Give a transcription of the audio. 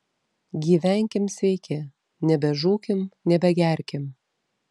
gyvenkim sveiki nebežūkim nebegerkim